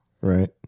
right